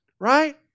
right